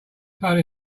phone